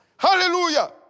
Hallelujah